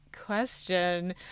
question